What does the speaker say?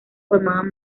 formaban